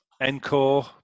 Encore